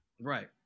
right